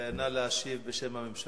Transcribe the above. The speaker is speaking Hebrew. נא להשיב בשם הממשלה.